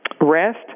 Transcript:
rest